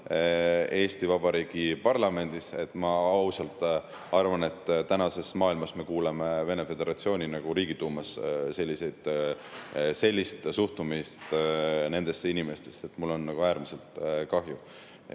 Eesti Vabariigi parlamendis. Ma ausalt arvan, et tänases maailmas me kuuleme Vene föderatsiooni riigiduumas sellist suhtumist nendesse inimestesse. Mul on äärmiselt kahju.